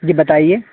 جی بتائیے